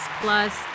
plus